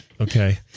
okay